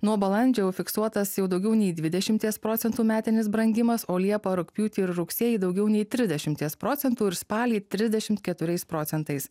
nuo balandžio užfiksuotas jau daugiau nei dvidešimties procentų metinis brangimas o liepą rugpjūtį ir rugsėjį daugiau nei trisdešimties procentų ir spalį trisdešimt keturiais procentais